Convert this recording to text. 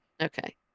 Okay